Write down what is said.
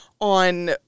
on